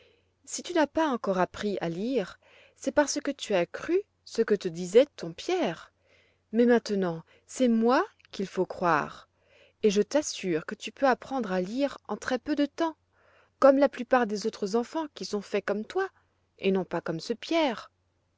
si tu n'as pas encore appris à lire c'est parce que tu as cru ce que te disait ton pierre mais maintenant c'est moi qu'il faut croire et je t'assure que tu peux apprendre à lire en très-peu de temps comme la plupart des autres enfants qui sont faits comme toi et non pas comme ce pierre